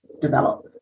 develop